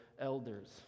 elders